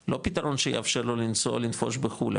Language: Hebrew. לא פתרון שיאפשר לו לנסוע לנפוש בחו"ל,